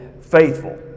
faithful